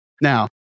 Now